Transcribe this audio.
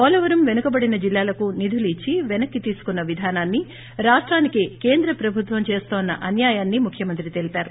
పోలవరం వెనుకబడిన జిల్లాలకు నిధులు ఇచ్చి వెనక్కి తీసుకున్న విధానాన్ని రాష్టానికి కేంద్ర ప్రభుత్వం చేస్తోన్న అన్యాయాన్ని ముఖ్యమంత్రి తెలిపారు